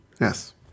Yes